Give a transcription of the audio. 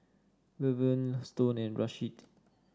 Luverne Stone and Rasheed